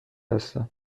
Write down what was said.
هستم